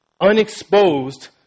unexposed